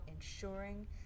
ensuring